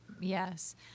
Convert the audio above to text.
Yes